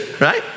right